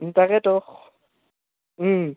তাকেতো